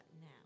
now